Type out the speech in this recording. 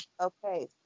okay